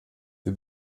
wir